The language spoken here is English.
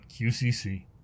QCC